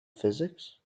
physics